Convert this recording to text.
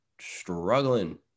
struggling